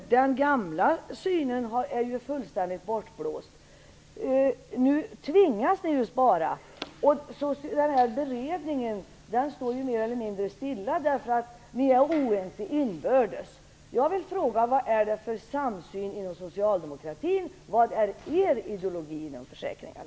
Den gamla synen är ju fullständigt bortblåst! Nu tvingas ni ju spara. Och den beredning Börje Nilsson nämnde står ju mer eller mindre stilla, därför att ni är oense inbördes. Jag vill därför fråga vad det finns för samsyn inom socialdemokratin. Vad är er ideologi när det gäller försäkringarna?